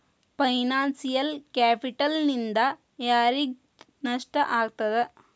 Financial ಕ್ಯಾಪಿಟಲ್ನಿಂದಾ ಯಾರಿಗ್ ನಷ್ಟ ಆಗ್ತದ?